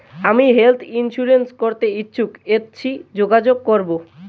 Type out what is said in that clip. আমি health insurance করতে ইচ্ছুক কথসি যোগাযোগ করবো?